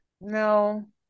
No